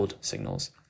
signals